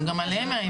הם גם עליהם מאיימים.